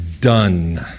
done